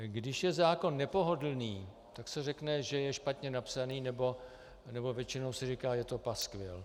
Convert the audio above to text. Když je zákon nepohodlný, tak se řekne, že je špatně napsaný, nebo většinou se říká: Je to paskvil.